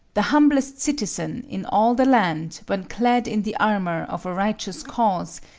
the humblest citizen in all the land, when clad in the armor of a righteous cause,